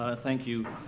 ah thank you,